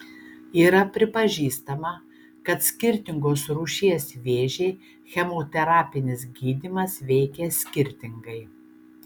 yra pripažįstama kad skirtingos rūšies vėžį chemoterapinis gydymas veikia skirtingai